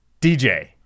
DJ